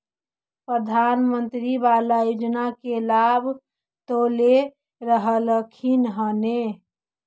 प्रधानमंत्री बाला योजना के लाभ तो ले रहल्खिन ह न?